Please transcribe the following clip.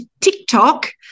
TikTok